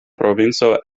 provinco